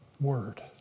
word